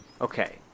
Okay